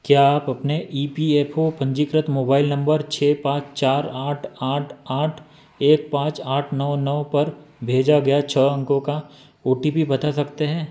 क्या आप अपने ई पी एफ़ ओ पंजीकृत मोबाइल नम्बर छः पांच चार आठ आठ आठ एक पांच आठ नौ नौ पर भेजा गया छः अंकों का ओ टी पी बता सकते हैं